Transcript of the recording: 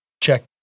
check